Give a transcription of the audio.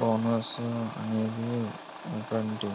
bonus అనేది ఒకటి